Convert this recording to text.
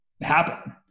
happen